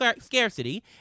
scarcity